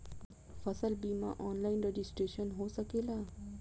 फसल बिमा online registration हो सकेला?